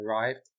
arrived